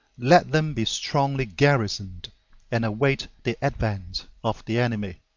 let them be strongly garrisoned and await the advent of the enemy.